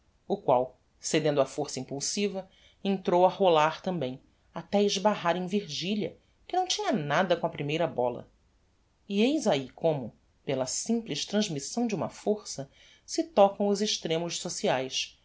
o qual cedendo á força impulsiva entrou a rolar tambem até esbarrar em virgilia que não tinha nada com a primeira bola e eis ahi como pela simples transmissão de uma força se tocam os extremos sociaes